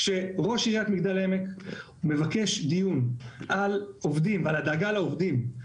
כשראש עיריית מגדל העמק מבקש דיון על עובדים ועל הדאגה לעובדים,